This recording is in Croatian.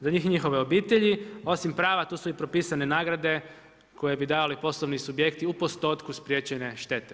Za njih i njihove obitelji, osim prava, tu su i propisane nagrade, koji bi dali poslovni subjekti, u postotku spriječene štete.